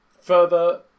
Further